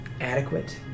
Adequate